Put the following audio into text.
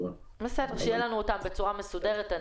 בסדר, שיהיה לנו אותם בצורה מסודרת.